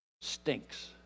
stinks